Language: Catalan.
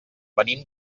venim